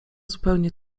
zupełnie